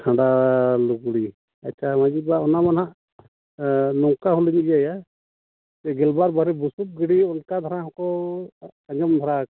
ᱠᱷᱟᱸᱰᱟ ᱞᱩᱜᱽᱲᱤ ᱟᱪᱪᱷᱟ ᱢᱟᱺᱡᱷᱤ ᱵᱟᱵᱟ ᱚᱱᱟᱢᱟ ᱱᱟᱦᱟᱜ ᱱᱚᱝᱠᱟ ᱦᱚᱸᱞᱤᱧ ᱤᱭᱟᱹᱭᱟ ᱜᱮᱞᱵᱟᱨ ᱵᱩᱥᱩᱵᱽ ᱜᱤᱰᱤ ᱚᱱᱟᱠᱟ ᱫᱷᱟᱨᱟ ᱦᱚᱸᱠᱚ ᱟᱸᱡᱚᱢ ᱫᱷᱟᱨᱟ